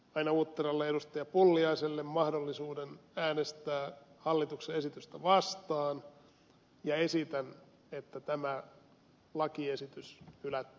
pulliaiselle mahdollisuuden äänestää hallituksen esitystä vastaan ja esitän että tämä lakiesitys hylättäisiin